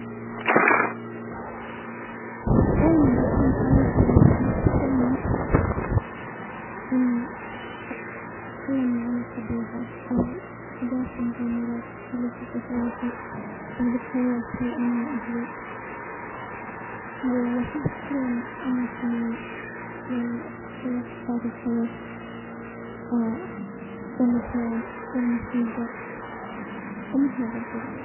دايما اكون سعيد لما اتكلم عن-اتكلم عن الطبيعة او احداث ومغامرات لي في طفولتي او ذكريات لي انا واهلي و احب اتكلم عن الفنون والشخصيات التاريخية والافلام والموسيقى ومن هذا القدر.